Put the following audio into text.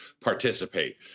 participate